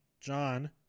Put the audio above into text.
John